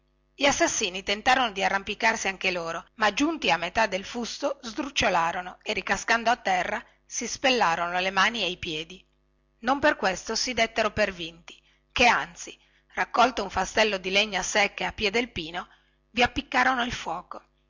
gli assassini tentarono di arrampicarsi anche loro ma giunti a metà del fusto sdrucciolarono e ricascando a terra si spellarono le mani e i piedi non per questo si dettero per vinti che anzi raccolto un fastello di legna secche a piè del pino vi appiccarono il fuoco